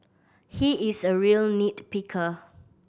he is a real nit picker